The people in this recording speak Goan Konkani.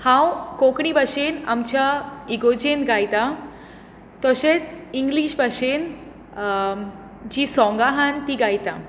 हांव कोंकणी भाशेन आमच्या इगोज्जेन गायता तशेंच इंग्लीश भाशेन जीं सोंगां हान तीं गायता